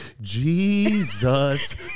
Jesus